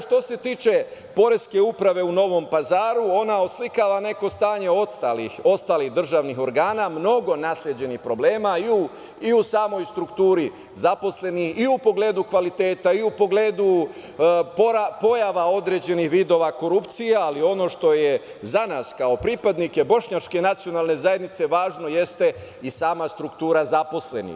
Što se tiče poreske uprave u Novom Pazaru, ona oslikava neko stanje ostalih državnih organa, mnogo nasleđenih problema i u samoj strukturi zaposlenih i u pogledu kvaliteta i u pogledu pojava određenih vidova korupcija, ali ono što je za nas pripadnike bošnjačke nacionalne zajednice važno jeste i sama struktura zaposlenih.